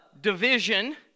division